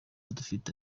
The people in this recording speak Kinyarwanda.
dufite